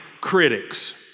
critics